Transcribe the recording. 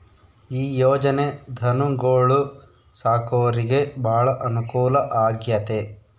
ಈ ಯೊಜನೆ ಧನುಗೊಳು ಸಾಕೊರಿಗೆ ಬಾಳ ಅನುಕೂಲ ಆಗ್ಯತೆ